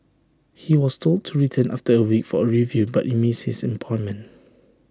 he was told to return after A week for A review but he missed his appointment